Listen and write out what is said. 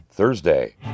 Thursday